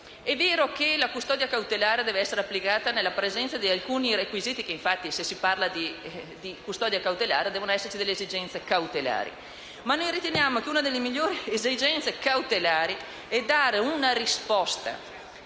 È vero che la custodia cautelare dev'essere applicata in presenza di alcuni requisiti e infatti, se si parla di questo, devono esserci esigenze cautelari: a nostro avviso, una delle migliori esigenze cautelari è dare risposta